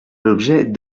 l’objet